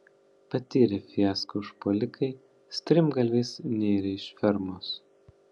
patyrę fiasko užpuolikai strimgalviais nėrė iš fermos